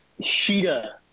Sheeta